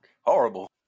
horrible